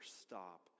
stop